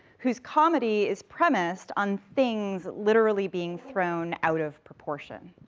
whose comedy is premised on things literally being thrown out of proportion,